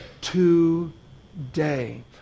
today